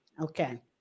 Okay